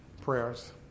prayers